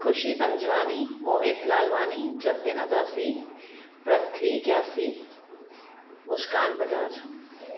खुशी पंजवानी मोहित लालवानी जतिन उदासी पृथ्वी गियासी मुस्कान बजाज